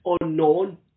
unknown